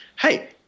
hey-